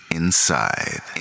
inside